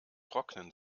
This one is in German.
trocknen